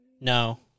No